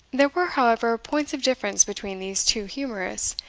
there were, however, points of difference between these two humourists,